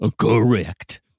Correct